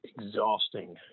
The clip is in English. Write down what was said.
exhausting